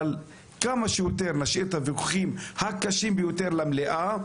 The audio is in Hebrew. אבל כמה שיותר נשאיר את הוויכוחים הקשים ביותר למליאה.